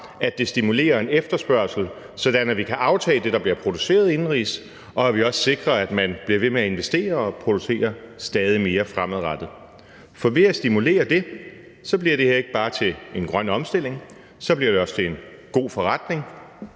at det stimulerer en efterspørgsel, sådan at man kan aftage det, der bliver produceret indenrigs, og at vi også sikrer, at man bliver ved med at investere og producere stadig mere fremadrettet. For ved at stimulere det bliver det her ikke bare til en grøn omstilling, men så bliver det også til en god forretning,